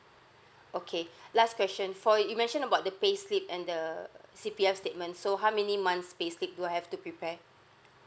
okay last question for you mentioned about the payslip and the C_P_F statements so how many months payslip do I have to prepare